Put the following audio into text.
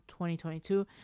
2022